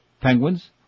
Penguins